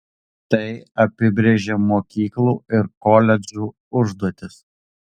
tai apibrėžia mokyklų ir koledžų užduotis